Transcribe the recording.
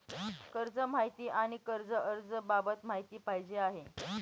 कर्ज माहिती आणि कर्ज अर्ज बाबत माहिती पाहिजे आहे